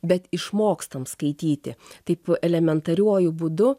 bet išmokstam skaityti taip elementariuoju būdu